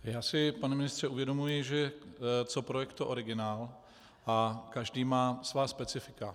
Já si, pane ministře, uvědomuji, že co projekt, to originál a každý má svá specifika.